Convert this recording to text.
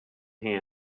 hand